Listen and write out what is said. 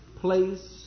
place